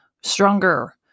stronger